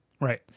Right